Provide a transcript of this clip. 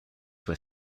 were